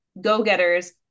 go-getters